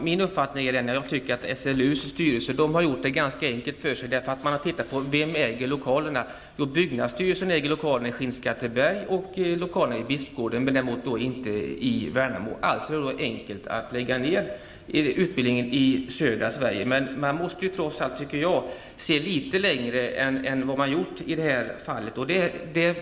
Fru talman! SLU:s styrelse har gjort det enkelt för sig. Man har tittat på vem som äger lokalerna. Skinnskatteberg och Bispgården, men däremot inte i Värnamo. Det är alltså enkelt att lägga ner utbildningen i södra Sverige. Men jag tycker att man måste se litet längre än vad som har gjorts i detta fall.